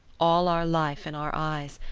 all our life in our eyes,